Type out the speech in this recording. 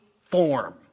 form